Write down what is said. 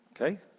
okay